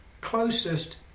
closest